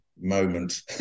moment